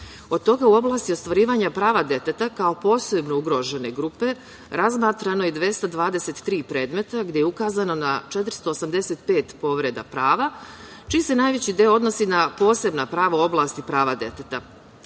Od toga u oblasti ostvarivanja prava deteta kao posebno ugrožene grupe razmatrano je 223 predmeta, gde je ukazano na 485 povreda prava, čiji se najveći deo odnosi na posebna prava u oblasti prava deteta. Posebno